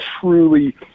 truly